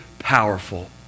powerful